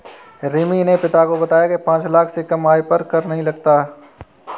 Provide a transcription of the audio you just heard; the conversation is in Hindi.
रिमी ने पिता को बताया की पांच लाख से कम आय पर कर नहीं लगता